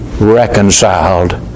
reconciled